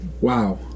Wow